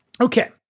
Okay